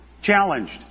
Challenged